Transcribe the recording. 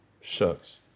shucks